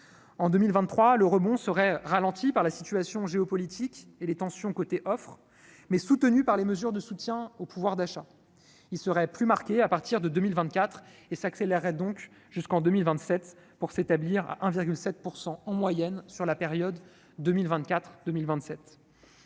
En 2023, le rebond serait ralenti par la situation géopolitique et les tensions en matière d'offre, mais resterait soutenu par les mesures de soutien au pouvoir d'achat. Il serait plus marqué à partir de 2024 et s'accélérerait jusqu'en 2027, pour s'établir à 1,7 % en moyenne sur la période 2024-2027.